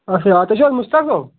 اَچھا آ تُہۍ چھُو حظ مُشتاق صأب